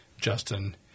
Justin